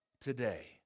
today